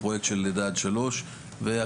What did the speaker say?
לפרויקט של לידה עד שלוש וכספים,